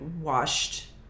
washed